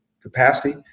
capacity